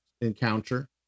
encounter